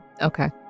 Okay